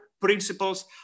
principles